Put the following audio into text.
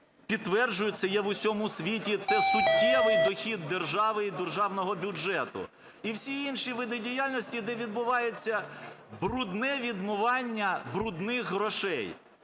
підтверджую, це є в усьому світі, це суттєвий дохід держави і державного бюджету, і всі інші види діяльності, де відбувається "брудне" відмивання "брудних" грошей.